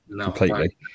completely